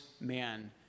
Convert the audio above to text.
man